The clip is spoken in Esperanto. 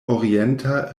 orienta